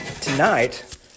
Tonight –